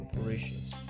operations